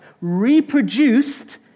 reproduced